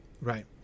Right